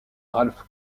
ralph